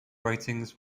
writings